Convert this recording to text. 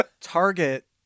target